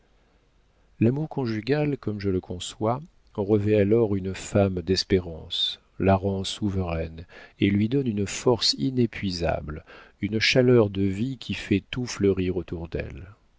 l'amour conjugal comme je le conçois revêt alors une femme d'espérance la rend souveraine et lui donne une force inépuisable une chaleur de vie qui fait tout fleurir autour d'elle